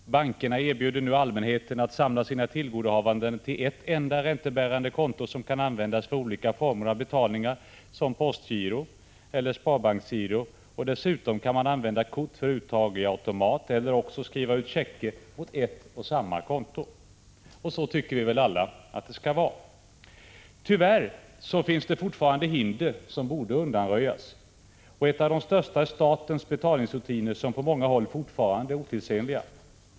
Bankerna erbjuder nu allmänheten att samla sina tillgodohavanden till ett enda räntebärande konto, som kan användas för olika former av betalningar som privatgiro eller sparbanksgiro. Dessutom kan man använda kort för uttag i automat eller också skriva ut checkar mot ett och samma konto. Så tycker vi väl alla att det skall vara. Tyvärr finns det fortfarande hinder som borde undanröjas. Ett av de största hindren är statens betalningsrutiner, som på många håll fortfarande är otidsenliga.